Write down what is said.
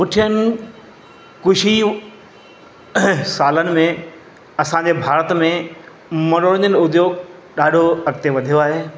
कुझुनि कुशियूं सालनि में असांजे भारत में मनोरंजन जो ॾाढो अॻिते वधियो आहे